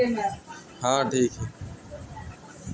रेड़ी के तेल बहुते फयदा करेवाला तेल ह